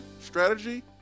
Strategy